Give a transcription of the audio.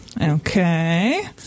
Okay